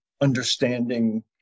understanding